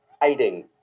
Hiding